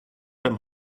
beim